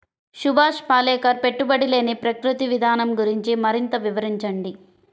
సుభాష్ పాలేకర్ పెట్టుబడి లేని ప్రకృతి విధానం గురించి మరింత వివరించండి